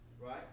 right